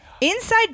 Inside